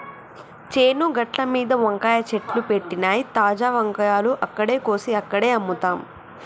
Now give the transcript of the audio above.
చేను గట్లమీద వంకాయ చెట్లు పెట్టినమ్, తాజా వంకాయలు అక్కడే కోసి అక్కడే అమ్ముతాం